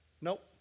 Nope